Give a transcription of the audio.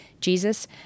Jesus